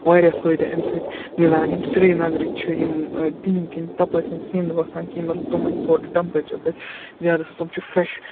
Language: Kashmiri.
واریاہ فٲیدٕ اَمہِ سۭتۍ مِلان یِم سرینگرٕکۍ چھِ یِم تِہِنٛدۍ کِنۍ تَپٲرۍ چھِنہٕ سِنٛد وَسان کِھیٖنۍ مطلب تٕمَن چھِ تھوڑا ٹمپریچَر تَتہِ زیادٕ آسان تٕم چھِ فرٮ۪ش